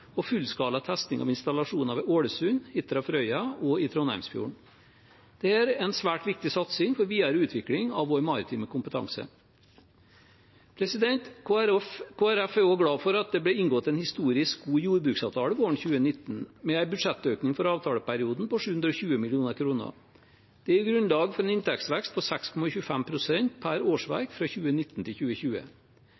og fullskala testing av installasjoner ved Ålesund, Hitra/Frøya og i Trondheimsfjorden. Dette er en svært viktig satsing for videre utvikling av vår maritime kompetanse. Kristelig Folkeparti er også glad for at det ble inngått en historisk god jordbruksavtale våren 2019, med en budsjettøkning for avtaleperioden på 720 mill. kr. Det gir grunnlag for en inntektsvekst på 6,25 pst. per